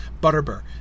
Butterbur